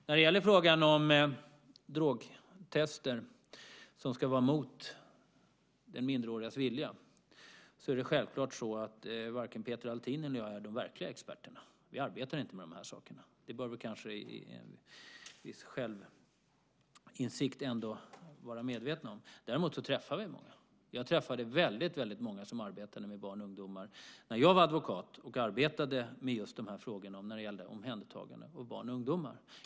När det gäller frågan om drogtest mot den minderårigas vilja är varken Peter Althin eller jag de verkliga experterna. Vi arbetar inte med de här sakerna. Det bör vi kanske vara medvetna om i en viss självinsikt. Däremot träffar vi många. Jag träffade väldigt många som arbetade med barn och ungdomar när jag var advokat och arbetade med just de här frågorna om omhändertagande av barn och ungdomar.